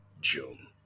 June